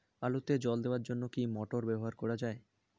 আলুতে জল দেওয়ার জন্য কি মোটর ব্যবহার করা যায়?